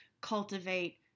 cultivate